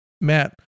Matt